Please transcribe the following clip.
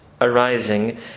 arising